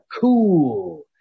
cool